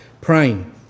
Praying